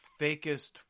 fakest